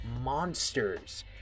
monsters